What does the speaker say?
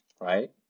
right